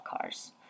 cars